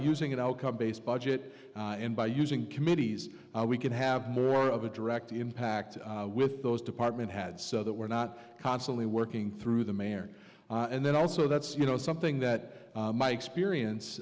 using that outcome based budget and by using committees we can have more of a direct impact with those department had so that we're not constantly working through the mayor and then also that's you know something that my experience